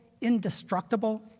indestructible